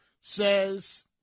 says